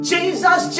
Jesus